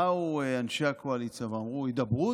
באו אנשי הקואליציה ואמרו: הידברות?